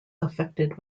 affected